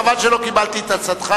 חבל שלא קיבלתי את הצעתך,